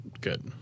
good